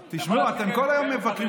תשמעו, אתם כל היום מבקרים.